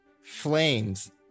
flames